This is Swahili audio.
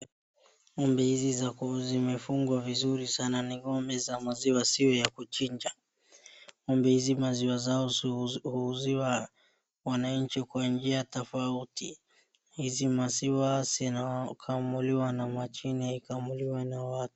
Ng'ombe hizi za zimefungwa vizuri sana. Ni ng'ombe za maziwa sio ya kuchinja.Ng'ombe hizi maziwa zao huuziwa wananchi kwa njia tofauti. Hizi maziwa zina kamuliwa na mashine haikamuliwi na watu.